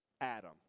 Adam